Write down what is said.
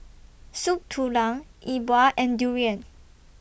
Soup Tulang E Bua and Durian